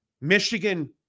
Michigan